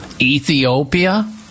ethiopia